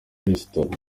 resitora